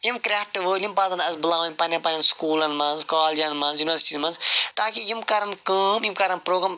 یِم کرٛیفٹہٕ وٲلۍ یِم پزن اَسہِ بُلاوٕنۍ پنِٕنٮ۪ن پنٕنٮ۪ن سکوٗلن منٛز کالجن منٛز یوٗنیٛورسِٹی ین منٛز تاکہِ یِم کَرن کٲم یِم کَرن پرٛوگرام